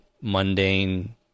mundane